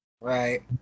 Right